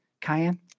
Cayenne